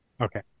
Okay